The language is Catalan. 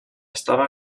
estava